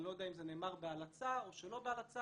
אני לא יודע אם זה נאמר בהלצה או שלא בהלצה,